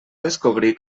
descobrir